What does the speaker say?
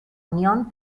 unión